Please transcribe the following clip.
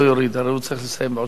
הרי הוא צריך לסיים בעוד 13 דקות,